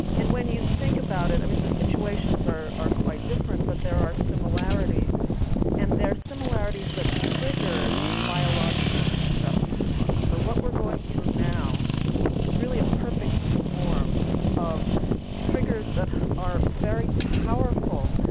and when you think about it, i mean, the situations are are quite different, but there are similarities and there are similarities that trigger the biological stress response so what we're going through now is really a perfect storm of triggers that are very powerful